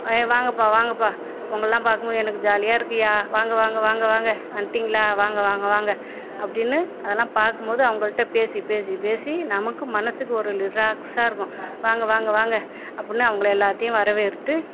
வாங்கப்பா வாங்கப்பா உங்களை எல்லாம் பார்க்கும் போது எனக்கு ஜாலியாக இருக்குயா வாங்க வாங்க வாங்க வாங்க வந்துவிட்டிங்களா வாங்க வாங்க வாங்க அப்படினு அதெல்லாம் பார்க்கும் போது அவர்கள்கிட்ட பேசி பேசி நமக்கு மனசுக்கு ஒரு ரிலெக்ஸ்சாக இருக்கும் வாங்க வாங்க வாங்க அப்படினு அவங்களை எல்லாத்தையும் வரவேற்த்து